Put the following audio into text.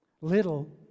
Little